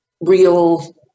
real